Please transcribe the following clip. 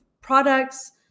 products